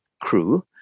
crew